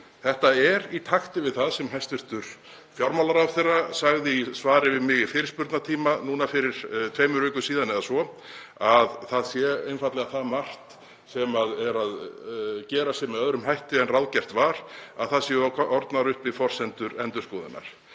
Þetta er í takt við það sem hæstv. fjármálaráðherra sagði í svari við mig í fyrirspurnatíma núna fyrir tveimur vikum síðan eða svo, að það sé einfaldlega það margt sem gerist með öðrum hætti en ráðgert var að það séu orðnar uppi forsendur endurskoðunar.